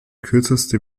kürzeste